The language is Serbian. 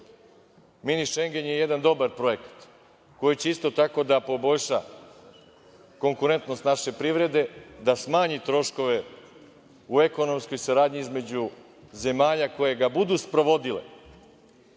Šengen“ je jedan dobar projekat koji će isto tako da poboljša konkurentnost naše privrede, da smanji troškove u ekonomskoj saradnji između zemalja koje ga budu sprovodile